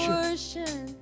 portion